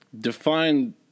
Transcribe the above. define